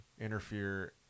interfere